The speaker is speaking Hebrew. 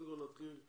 נתחיל עם